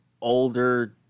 older